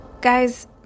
Guys